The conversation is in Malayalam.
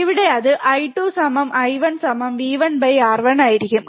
ഇവിടെ അത് I2 I1 V1 R1 ആയിരിക്കും